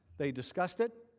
they discussed it.